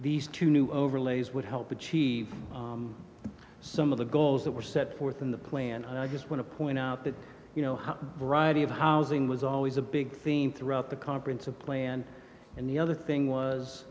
these two new overlays would help achieve some of the goals that were set forth in the plan and i just want to point out that you know how variety of housing was always a big theme throughout the conference a plan and the other thing was